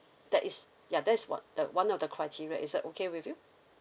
that is ya that is one uh one of the criteria is that okay with you